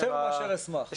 אז בשמחה רבה.